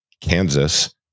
Kansas